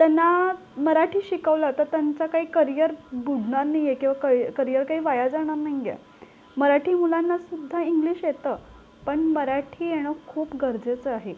त्यांना मराठी शिकवलं तर त्यांचा काही करियर बुडणार नाही आहे किंवा क करियर काही वाया जाणार नाही आहे मराठी मुलांनासुद्धा इंग्लिश येतं पण मराठी येणं खूप गरजेचं आहे